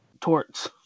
torts